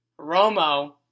Romo